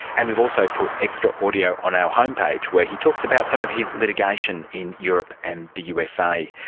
and we've also put extra audio on our homepage where he talks about some of his litigation in europe and the usa.